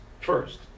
first